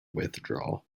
withdrawal